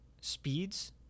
speeds